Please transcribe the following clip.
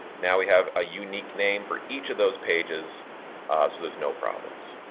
now we have a unique name for each of those pages so there's no problems.